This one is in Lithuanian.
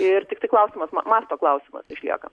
ir tiktai klausimas masto klausimas išlieka